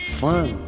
fun